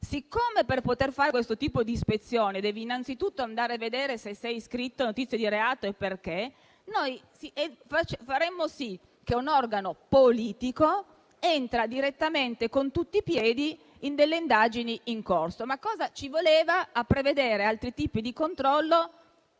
siccome, per poter fare questo tipo di ispezione, devi innanzitutto vedere se sono iscritte notizie di reato e perché, noi faremmo sì che un organo politico entri direttamente, con tutti i piedi, nelle indagini in corso. Cosa ci voleva a prevedere altri tipi di controllo